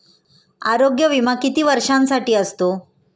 आरोग्य विमा किती वर्षांसाठी असतो?